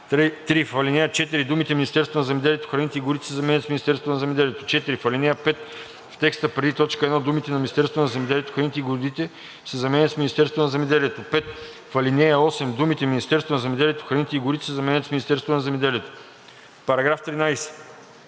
3. В ал. 4 думите „Министерството на земеделието, храните и горите“ се заменят с „Министерството на земеделието“. 4. В ал. 5 в текста преди т. 1 думите „Министерството на земеделието, храните и горите“ се заменят с „Министерството на земеделието“. 5. В ал. 8 думите „Министерството на земеделието, храните и горите“ се заменят с „Министерството на земеделието“.“